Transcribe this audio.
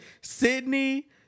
Sydney